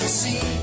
see